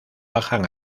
bajan